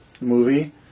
movie